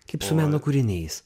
kaip su meno kūriniais